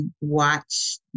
watch